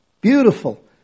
Beautiful